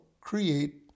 create